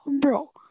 Bro